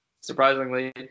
surprisingly